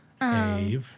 Ave